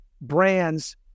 brand's